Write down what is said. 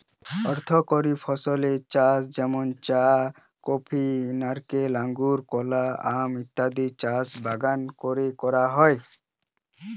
অর্থকরী ফসলের চাষ যেমন চা, কফি, নারকেল, আঙুর, কলা, আম ইত্যাদির চাষ বাগান কোরে করা হয়